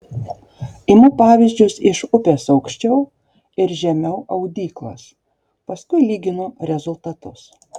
imu pavyzdžius iš upės aukščiau ir žemiau audyklos paskui lyginu rezultatus